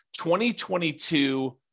2022